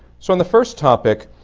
so on the first topic,